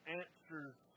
answers